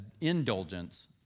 Indulgence